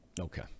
okay